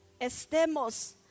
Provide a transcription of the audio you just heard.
estemos